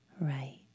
right